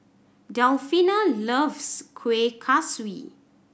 Delfina loves Kueh Kaswi